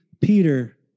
Peter